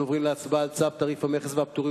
הצעת ועדת הכספים לאשר את צו תעריף המכס והפטורים